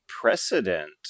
precedent